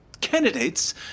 candidates